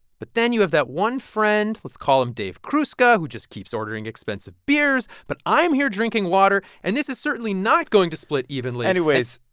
but then, you have that one friend let's call him dave cruzca, who just keeps ordering expensive beers. but i'm here drinking water, and this is certainly not going to split evenly. anyways,